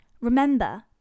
Remember